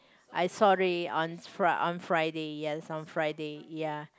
I sorry on Fri~ on Friday yes on Friday ya